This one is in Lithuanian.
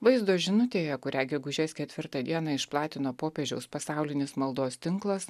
vaizdo žinutėje kurią gegužės ketvirtą dieną išplatino popiežiaus pasaulinis maldos tinklas